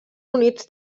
units